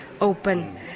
open